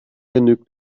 genügt